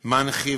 מנח"י,